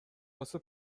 واسه